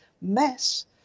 mess